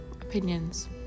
Opinions